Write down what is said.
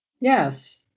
Yes